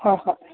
ꯍꯣꯏ ꯍꯣꯏ